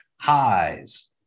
highs